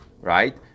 right